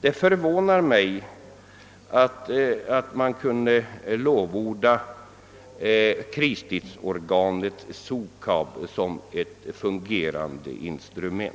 Det förvånar mig att man kunnat lovorda kristidsorganet Sukab såsom ett fungerande instrument i detta sammanhang.